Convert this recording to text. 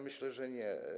Myślę, że nie.